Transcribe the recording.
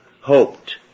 hoped